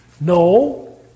No